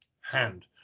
hand